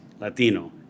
Latino